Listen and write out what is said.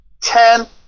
ten